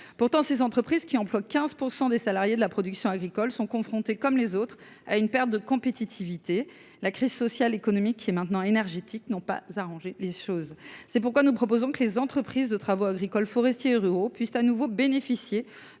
Pourtant, ces entreprises, qui emploient 15 % des salariés de la production agricole, sont confrontées, comme les autres, à une perte de compétitivité, la crise sociale, économique et maintenant énergétique n’ayant pas arrangé les choses. C’est pourquoi nous proposons que les entreprises de travaux agricoles, ruraux et forestiers puissent bénéficier